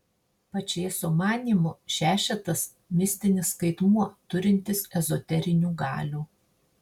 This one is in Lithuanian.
pačėso manymu šešetas mistinis skaitmuo turintis ezoterinių galių